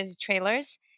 trailers